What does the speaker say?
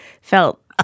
felt